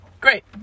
Great